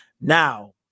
Now